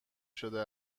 شده